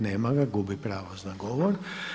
Nema ga, gubi pravo na govor.